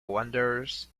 wanderers